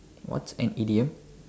what's an idiom